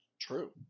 True